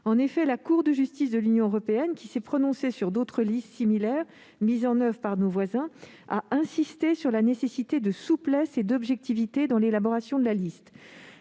En effet, la Cour de justice de l'Union européenne, qui s'est prononcée sur des listes similaires, mises en oeuvre par les pays voisins, a insisté sur la nécessité de faire preuve de souplesse et d'objectivité dans l'élaboration de la liste.